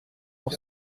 pour